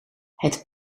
het